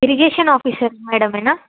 irrigation officer మ్యాడమేనా